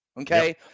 Okay